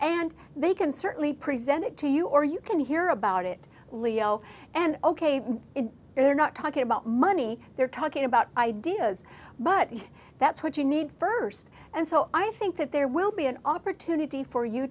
and they can certainly present it to you or you can hear about it leo and ok they're not talking about money they're talking about ideas but that's what you need first and so i think that there will be an opportunity for you